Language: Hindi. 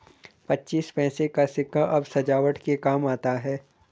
पच्चीस पैसे का सिक्का अब सजावट के काम आता है